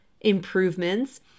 improvements